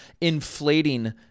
inflating